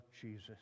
Jesus